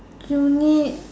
uni